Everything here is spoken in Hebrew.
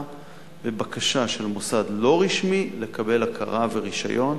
בבקשה של מוסד לא רשמי לקבל הכרה ורשיון,